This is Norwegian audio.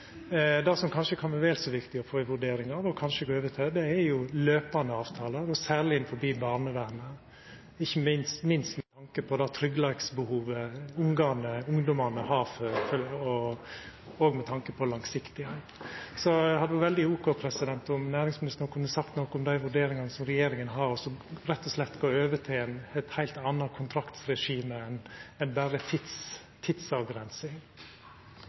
Det som kanskje kan vera vel så viktig å få ei vurdering av, er om ein skal gå over til løpande avtalar, og særleg innanfor barnevernet, ikkje minst med tanke på det tryggleiksbehovet ungdomane har òg for langsiktigheit. Så det hadde vore veldig ok om næringsministeren kunne sagt noko om dei vurderingane som regjeringa har av rett og slett å gå over til eit heilt anna kontraktsregime enn berre tidsavgrensing.